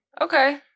okay